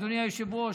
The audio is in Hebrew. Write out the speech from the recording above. אדוני היושב-ראש,